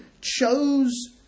chose